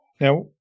Now